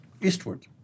eastward